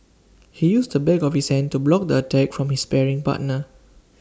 he used the back of his hand to block the attack from his sparring partner